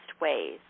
ways